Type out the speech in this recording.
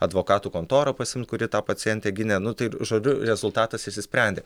advokatų kontorą pasiimti kuri tą pacientę gynė nu tai ir žodžiu rezultatas išsisprendė